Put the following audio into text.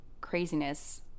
craziness